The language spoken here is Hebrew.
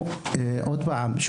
עוד פעם,